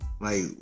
Like-